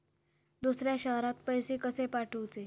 दुसऱ्या शहरात पैसे कसे पाठवूचे?